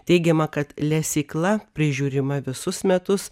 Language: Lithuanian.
teigiama kad lesykla prižiūrima visus metus